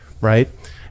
right